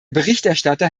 berichterstatter